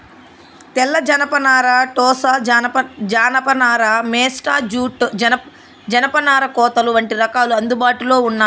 తెల్ల జనపనార, టోసా జానప నార, మేస్టా జూట్, జనపనార కోతలు వంటి రకాలు అందుబాటులో ఉన్నాయి